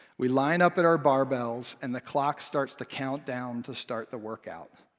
we line up at our barbells, and the clock starts to count down to start the workout.